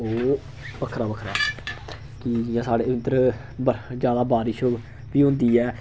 ओह् बक्खरा बक्खरा साढ़े इद्धर जैदा बारिश बी होंदी ऐ